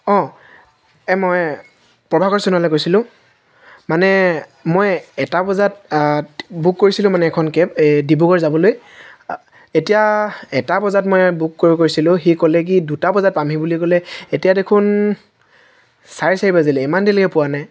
অঁ মই প্ৰভাকৰ সোণোৱালে কৈছিলোঁ মানে মই এটা বজাত বুক কৰিছিলোঁ মানে এখন কেব এই ডিব্ৰুগড় যাবলৈ এতিয়া এটা বজাত মানে বুক কৰি কৈছিলোঁ সি ক'লে কি দুটা বজাত পামহি বুলি ক'লে এতিয়া দেখোন চাৰে চাৰি বাজিলে ইমান দেৰিলৈকে পোৱা নাই